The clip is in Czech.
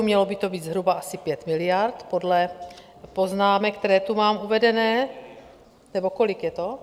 Mělo by to být zhruba asi 5 miliard podle poznámek, které tu mám uvedeny, nebo kolik je to?